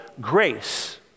grace